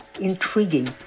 intriguing